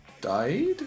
died